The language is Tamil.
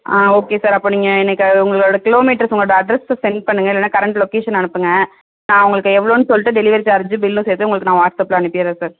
ஆ ஓகே சார் அப்போ நீங்கள் எனக்கு உங்களோட கிலோ மீட்டர்ஸ்ஸு உங்களோட அட்ரஸ்ஸை சென்ட் பண்ணுங்கள் இல்லைனா கரெண்ட் லொகேஷனை அனுப்புங்கள் நான் உங்களுக்கு எவ்வளோன்னு சொல்லிட்டு டெலிவரி சார்ஜ்ஜி பில்லும் சேர்த்து உங்களுக்கு நான் வாட்ஸ்அப்பில் அனுப்பிவிடுறன் சார்